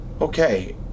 okay